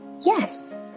yes